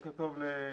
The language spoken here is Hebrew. בוקר טוב לכולם,